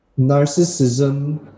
narcissism